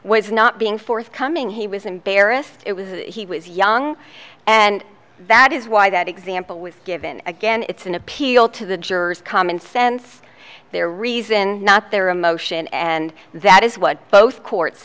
was not being forthcoming he was embarrassed it was he was young and that is why that example with given again it's an appeal to the jurors common sense their reason not their emotion and that is what both courts